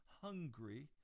hungry